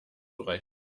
zurecht